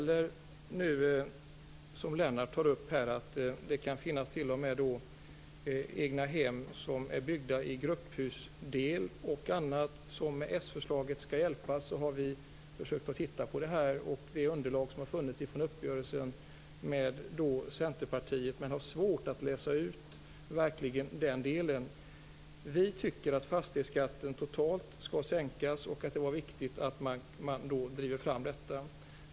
Lennart tar upp att det t.o.m. kan finnas egna hem som är byggda i grupphusdel, som med det socialdemokratiska förslaget skall få hjälp. Vi har försökt att titta på det underlag som har funnits från uppgörelsen med Centerpartiet, men vi har svårt att läsa ut den delen. Vi tycker att fastighetsskatten totalt skall sänkas och att det är viktigt att man driver fram detta.